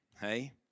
hey